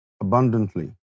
abundantly